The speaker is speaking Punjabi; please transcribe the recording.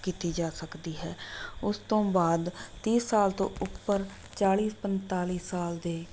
ਕੀਤੀ ਜਾ ਸਕਦੀ ਹੈ ਉਸ ਤੋਂ ਬਾਅਦ ਤੀਹ ਸਾਲ ਤੋਂ ਉੱਪਰ ਚਾਲੀ ਪੰਤਾਲੀ ਸਾਲ ਦੇ